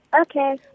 Okay